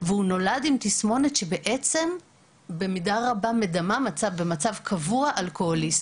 והוא נולד עם תסמונת שבמידה רבה מדמה מצב קבוע של אלכוהוליסט.